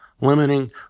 limiting